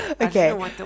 okay